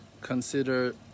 consider